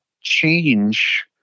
change